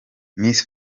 miss